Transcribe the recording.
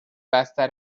بستر